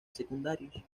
secundarios